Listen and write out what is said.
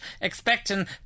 expecting